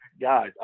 guys